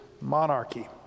monarchy